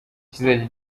kizajya